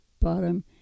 bottom